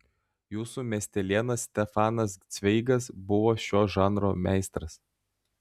jūsų miestelėnas stefanas cveigas buvo šio žanro meistras